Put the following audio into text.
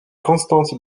constante